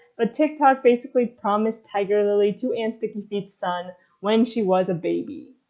but tick tock basically promised tiger lily to aunt sticky feet's son when she was a baby.